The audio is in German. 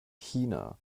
china